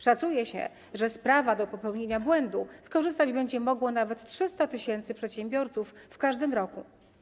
Szacuje się, że z prawa do popełnienia błędu skorzystać będzie mogło nawet 300 tys. przedsiębiorców w każdym roku.